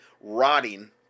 rotting